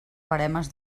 veremes